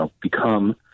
become—